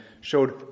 showed